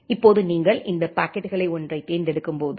இப்போது நீங்கள் இந்த பாக்கெட்டுகளில் ஒன்றைத் தேர்ந்தெடுக்கும்போது